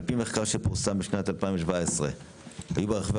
על-פי מחקר שפורסם בשנת 2017 היו ברחבי